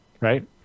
right